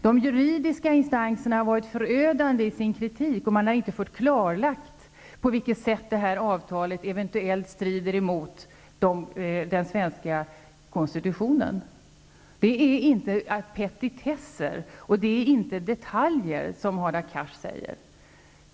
De juridiska instanserna har varit förödande i sin kritik, och man har inte fått klarlagt på vilket sätt detta avtal eventuellt strider emot den svenska konstitutionen. Det är inte petitesser och detaljer, som Hadar Cars säger.